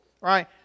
right